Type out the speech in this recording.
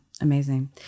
Amazing